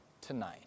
tonight